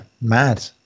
mad